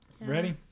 ready